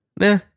Nah